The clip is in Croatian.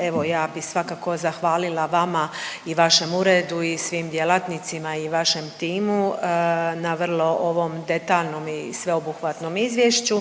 Evo ja bih svakako zahvalila vama i vašem uredu i svim djelatnicima i vašem timu na vrlo ovom detaljnom i sveobuhvatnom izvješću